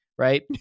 Right